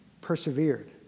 persevered